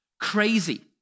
crazy